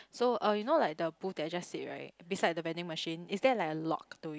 so uh you know like the booth that I just said right beside the vending machine is there like a lock to it